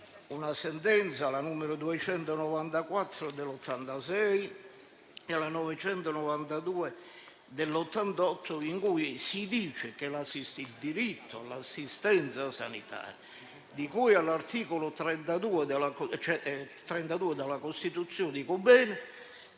della Corte, la n. 294 del 1986 e la n. 992 dell'1988, in cui si dice che il diritto all'assistenza sanitaria di cui all'articolo 32 della Costituzione deve